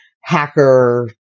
hacker